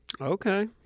Okay